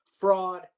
fraud